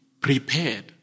prepared